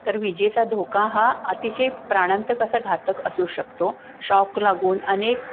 तर विजेचा धोका हा अतिशय प्राणांतक कसा घातक असू शकतो शॉक लागून अनेक